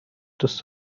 دوست